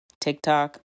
TikTok